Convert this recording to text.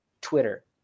Twitter